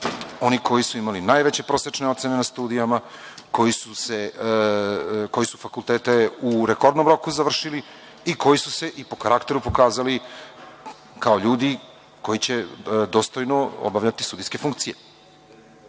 oni koji su imali najveće prosečne ocene na studijama, koji su fakultete u rekordnom roku završili i koji su se i po karakteru pokazali kao ljudi koji će dostojno obavljati studijske funkcije. Ostala